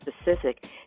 specific